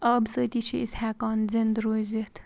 آبہٕ سۭتی چھِ أسۍ ہیٚکان زِنٛدٕ روٗزِتھ